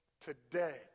today